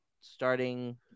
starting